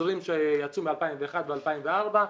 לחוזרים שיצאו מ-2001 ו-2004.